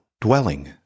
dwelling